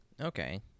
Okay